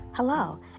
Hello